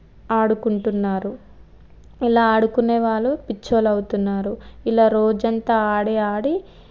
ఆడుకుంటున్నారు ఇలా ఆడుకునే వాళ్ళు పిచ్చోళ్ళు అవుతున్నారు ఇలా రోజంతా ఆడి ఆడి